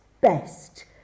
best